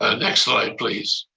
ah next slide, please.